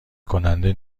کننده